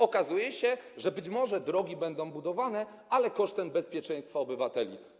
Okazuje się, że być może drogi będą budowane, ale kosztem bezpieczeństwa obywateli.